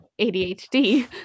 adhd